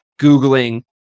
googling